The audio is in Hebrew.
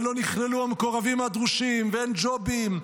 לא נכללו המקורבים הדרושים ואין ג'ובים,